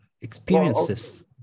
experiences